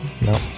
No